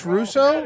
Russo